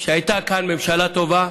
שהייתה כאן ממשלה טובה,